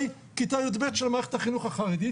כיתה י"ב של מערכת החינוך החרדית,